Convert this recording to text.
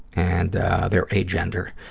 and they're agender.